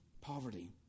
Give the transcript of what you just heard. poverty